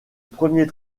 premier